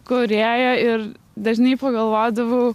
kūrėja ir dažnai pagalvodavau